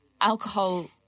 alcohol